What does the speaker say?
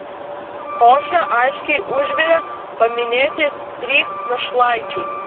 košę aiškiai užvirė paminėti trys našlaičiai